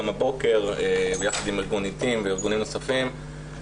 הבוקר ביחד עם ארגון עתים וארגונים נוספים.